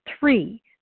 Three